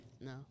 No